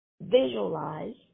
visualize